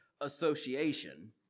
association